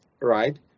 right